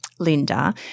Linda